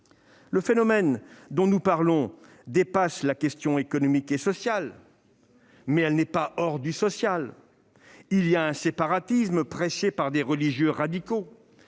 Le phénomène dont nous parlons dépasse la question économique et sociale, mais il ne se situe pas hors du social. Il y a un séparatisme prêché par des religieux radicaux